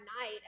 night